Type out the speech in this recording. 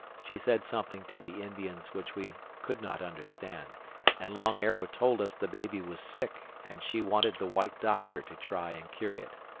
she said something to the indians which we could not understand and long arrow told us the baby was sick and she wanted the white doctor to try and cure it.